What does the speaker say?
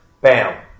Bam